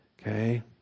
Okay